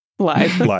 Live